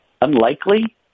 unlikely